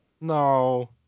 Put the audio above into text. no